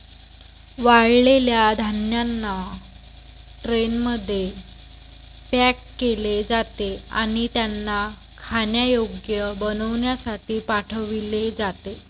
वाळलेल्या धान्यांना ट्रेनमध्ये पॅक केले जाते आणि त्यांना खाण्यायोग्य बनविण्यासाठी पाठविले जाते